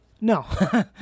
No